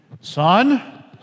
Son